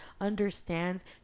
understands